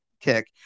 kick